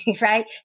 right